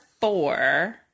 four